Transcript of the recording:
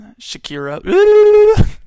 Shakira